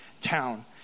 town